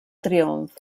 triomf